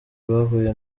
bahuye